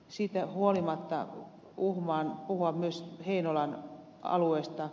siitä huolimatta uhmaan puhua myös heinolan alueesta